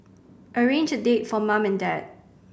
arrange a date for mum and dad